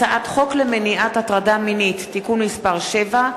הצעת חוק למניעת הטרדה מינית (תיקון מס' 7),